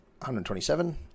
127